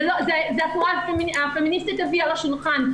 זה התנועה הפמיניסטית הביאה לשולחן.